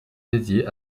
dédiées